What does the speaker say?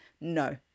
No